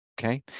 Okay